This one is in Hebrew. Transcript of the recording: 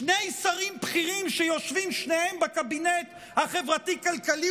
שני שרים בכירים שיושבים שניהם בקבינט החברתי-כלכלי